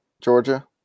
Georgia